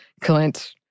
Clint